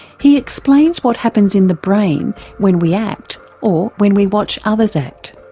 he explains what happens in the brain when we act, or when we watch others act.